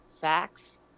facts